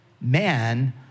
man